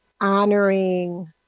honoring